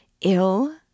Ill